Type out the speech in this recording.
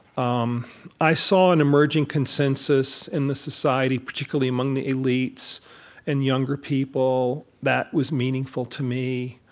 um i saw an emerging consensus in the society particularly among the elites and younger people that was meaningful to me.